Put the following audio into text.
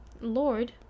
Lord